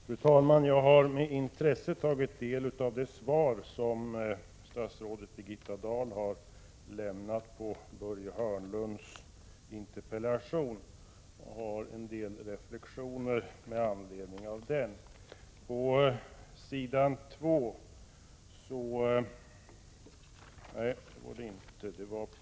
Fru talman! Jag har med intresse tagit del av det svar som statsrådet Birgitta Dahl har lämnat på Börje Hörnlunds interpellation. Jag har några reflexioner med anledning av detta.